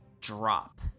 drop